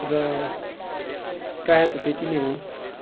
र प्राय त त्यत्ति नै हो